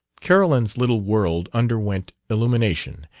carolyn's little world underwent illumination,